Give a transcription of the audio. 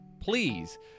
please